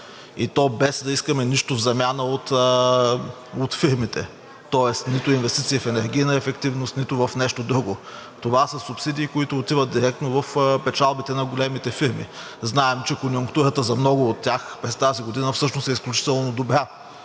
и то без да искаме нищо в замяна от фирмите, тоест нито инвестиции в енергийна ефективност, нито в нещо друго. Това са субсидии, които отиват директно в печалбите на големите фирми. Знаем, че конюнктурата за много от тях през тази година всъщност е изключително добра.